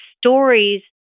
stories